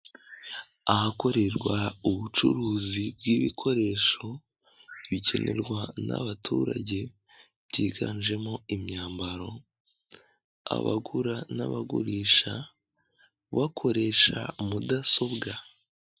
Ahakorerwa ubucuruzi bw'ibikoresho bikenerwa n'abaturage byiganjemo imyambaro, abagura n'abagurisha bakoresha mudasobwa.